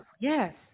Yes